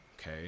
okay